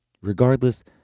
Regardless